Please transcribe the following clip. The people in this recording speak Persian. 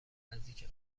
نزدیک